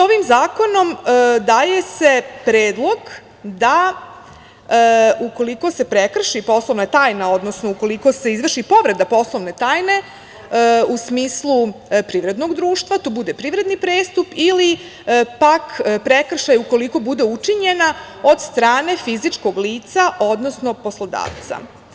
Ovim zakonom daje se predlog da ukoliko se prekrši poslovna tajna, odnosno ukoliko se izvrši povreda poslovne tajne, u smislu privrednog društva, to bude privredni prestup ili pak prekršaj ukoliko bude učinjen od strane fizičkog lica, odnosno poslodavca.